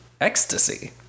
ecstasy